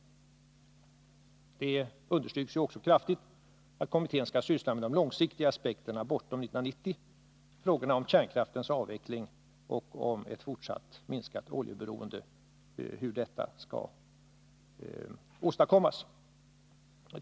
Det understryks också kraftigt att kommittén skall syssla med de långsiktiga aspekterna bortom 1990, frågorna om kärnkraftens avveckling och om ett fortsatt minskat oljeberoende, hur detta skall åstadkommas.